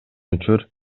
учур